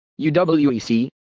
UWEC